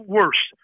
worse